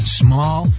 small